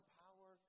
power